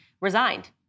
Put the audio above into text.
resigned